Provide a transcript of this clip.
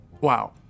Wow